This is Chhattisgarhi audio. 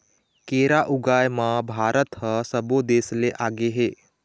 केरा ऊगाए म भारत ह सब्बो देस ले आगे हे